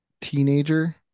teenager